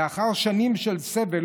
לאחר שנים של סבל,